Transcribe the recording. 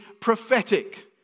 prophetic